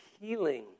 healing